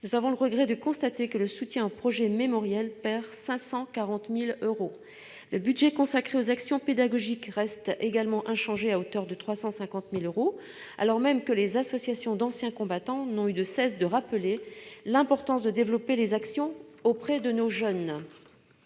nous avons le regret de constater aujourd'hui que le soutien aux projets mémoriels perd 540 000 euros. Le budget consacré aux actions pédagogiques reste inchangé, à hauteur de 350 000 euros, alors même que les associations d'anciens combattants n'ont eu de cesse de rappeler l'importance de développer ces actions auprès de nos jeunes.